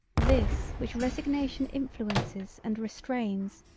this which resignation influences and restrains,